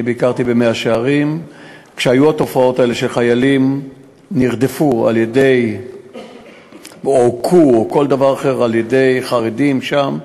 ביקרתי במאה-שערים כשהיו תופעות שחיילים נרדפו או הוכו על-ידי חרדים שם.